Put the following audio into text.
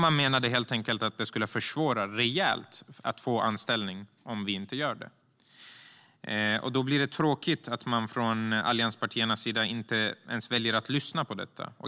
De menade helt enkelt att det annars skulle försvåra rejält för människor att få anställning. Då är det tråkigt att man från allianspartiernas sida inte ens väljer att lyssna på detta.